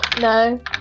No